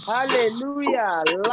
Hallelujah